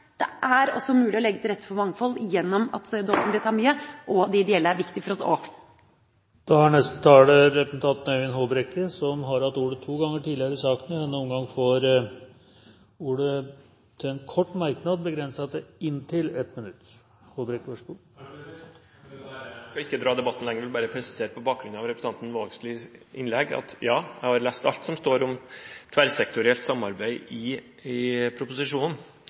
Det er også mulig å legge til rette for et mangfold gjennom at det offentlige tar mye. De ideelle er også viktige for oss. Representanten Øyvind Håbrekke har hatt ordet to ganger tidligere og får ordet til en kort merknad, begrenset til 1 minutt. Jeg skal ikke dra denne debatten ut, men på bakgrunn av representanten Vågslids innlegg vil jeg bare presisere at jeg har lest alt som står om tverrsektorielt samarbeid i proposisjonen.